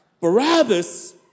Barabbas